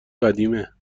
قدیمه